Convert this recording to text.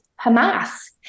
Hamas